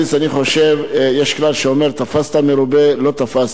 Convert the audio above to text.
יש כלל שאומר: תפסת מרובה לא תפסת.